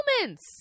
moments